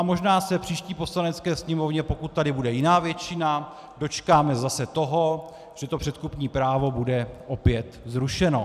Možná se v příští Poslanecké sněmovně, pokud tady bude jiná většina, dočkáme zase toho, že předkupní právo bude opět zrušeno.